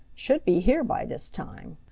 should be here by this time.